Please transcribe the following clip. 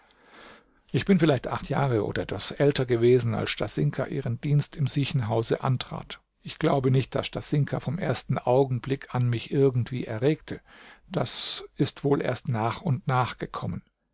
ich bin vielleicht acht jahre oder etwas älter gewesen als stasinka ihren dienst im siechenhause antrat ich glaube nicht daß stasinka vom ersten augenblick an mich irgendwie erregte das ist wohl erst nach und nach gekommen